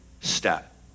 step